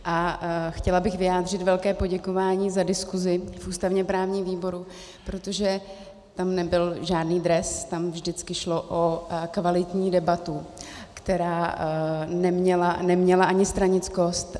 A chtěla bych vyjádřit velké poděkování za diskusi v ústavněprávním výboru, protože tam nebyl žádný dres, tam vždycky šlo o kvalitní debatu, která neměla ani stranickost.